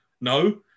no